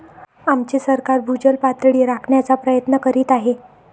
आमचे सरकार भूजल पातळी राखण्याचा प्रयत्न करीत आहे